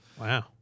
Wow